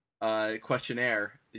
questionnaire